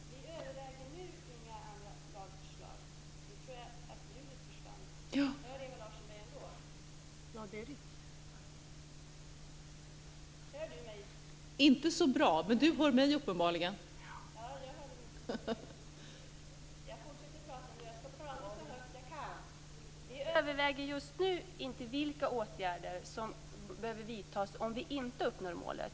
Fru talman! Vi överväger nu inga andra lagförslag. Vi överväger just nu inte vilka åtgärder som behöver vidtas om vi inte uppnår målet.